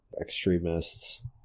extremists